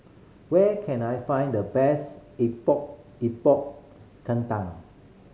where can I find the best Epok Epok Kentang